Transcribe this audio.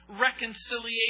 reconciliation